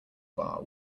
bar